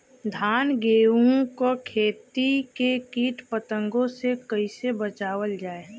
धान गेहूँक खेती के कीट पतंगों से कइसे बचावल जाए?